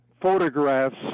photographs